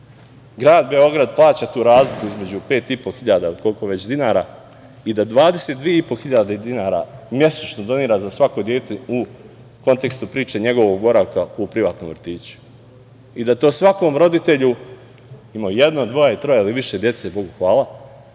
grad Beograd plaća tu razliku između 5.500 dinara i da 22.500 dinara mesečno donira za svako dete u kontekstu priče njegovog boravka u privatnom vrtiću i da to svakom roditelju, imao jedno, dvoje, troje ili više dece, Bogu hvala,